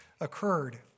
occurred